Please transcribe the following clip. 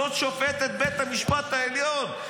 זאת שופטת בית המשפט העליון.